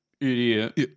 Idiot